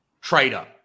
trader